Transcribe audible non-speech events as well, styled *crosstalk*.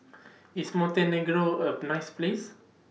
*noise* IS Montenegro A Boo nice Place